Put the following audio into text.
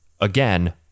again